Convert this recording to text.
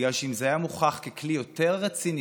בגלל שאם זה היה מוכח ככלי יותר רציני,